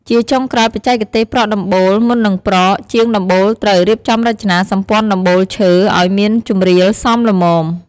ជាចុងក្រោយបច្ចេកទេសប្រក់ដំបូល មុននឹងប្រក់ ជាងដំបូលត្រូវ រៀបចំរចនាសម្ព័ន្ធដំបូលឈើ ឲ្យមានជម្រាលសមល្មម។